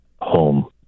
home